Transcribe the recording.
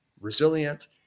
resilient